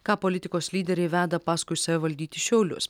ką politikos lyderiai veda paskui save valdyti šiaulius